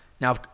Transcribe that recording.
Now